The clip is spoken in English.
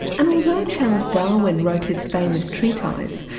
and although charles darwin wrote his famous treatise,